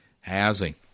housing